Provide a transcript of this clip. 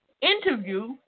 interview